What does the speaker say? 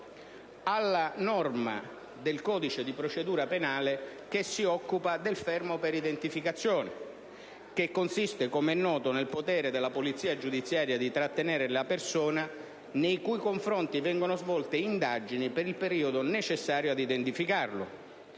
alla norma del codice di procedura penale che si occupa del fermo per identificazione, che consiste, com'è noto, nel potere della polizia giudiziaria di trattenere la persona nei cui confronti vengono svolte indagini per il periodo necessario a identificarla.